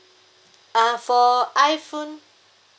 uh for iphone